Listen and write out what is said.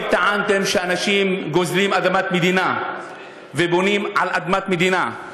שאנשים גוזלים אדמת מדינה ובונים על אדמת מדינה.